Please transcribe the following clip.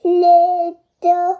little